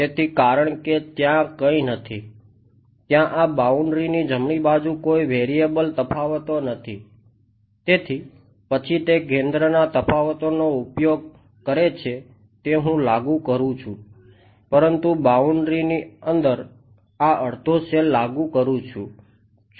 તેથી કારણ કે ત્યાં કંઈ નથી ત્યાં આ બાઉન્ડ્રી પર હોવી જોઈએ પરંતુ તે કરવાથી બેકવર્ડ તફાવતની આ પ્રોબ્લેમ છે